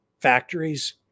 factories